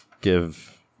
give